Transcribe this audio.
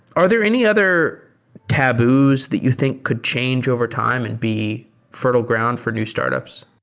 are there any other taboos that you think could change overtime and be fertile ground for new startups?